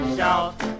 Shout